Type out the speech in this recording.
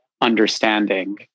understanding